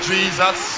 Jesus